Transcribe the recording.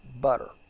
butter